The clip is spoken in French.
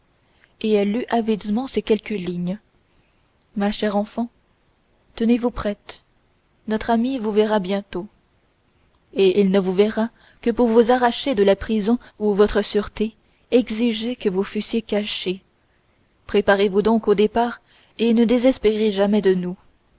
et elle lut avidement ces quelques lignes ma chère enfant tenez-vous prête notre ami vous verra bientôt et il ne vous verra que pour vous arracher de la prison où votre sûreté exigeait que vous fussiez cachée préparez-vous donc au départ et ne désespérez jamais de nous